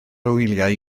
wyliau